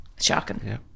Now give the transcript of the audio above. Shocking